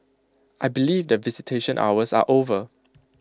I believe that visitation hours are over